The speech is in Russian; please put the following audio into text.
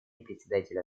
председателя